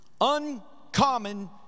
Uncommon